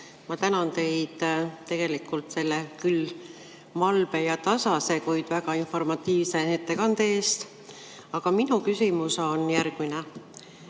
Ma tänan teid selle küll malbe ja tasase, kuid väga informatiivse ettekande eest. Minu küsimus on järgmine.